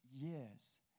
years